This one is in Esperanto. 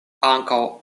ankaŭ